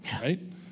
right